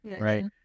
right